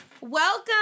welcome